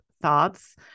thoughts